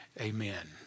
Amen